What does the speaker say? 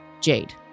jade